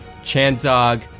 Chanzog